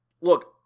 look